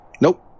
Nope